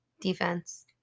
defense